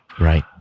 Right